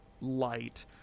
light